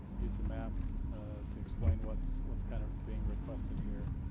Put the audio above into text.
use the map to explain what's what's kind of being requested here,